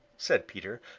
said peter.